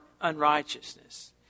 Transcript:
unrighteousness